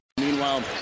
Meanwhile